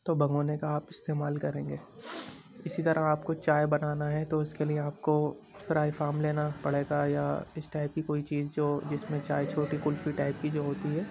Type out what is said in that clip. تو بھگونے کا آپ استعمال کریں گے اسی طرح آپ کو چائے بنانا ہے تو اس کے لیے آپ کو فرائی فام لینا پڑے گا یا اس ٹائپ کی کوئی چیز جو جس میں چائے چھوٹی کلفی ٹائپ کی جو ہوتی ہے